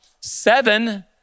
Seven